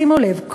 שימו לב,